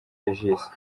regis